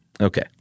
Okay